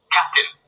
Captain